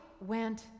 went